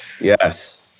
Yes